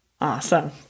Awesome